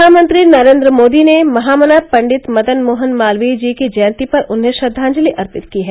प्रधानमंत्री नरेन्द्र मोदी ने महामना पंडित मदनमोहन मालवीय जी की जयंती पर उन्हें श्रद्वांजलि अर्पित की है